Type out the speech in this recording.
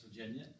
Virginia